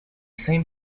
same